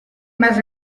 más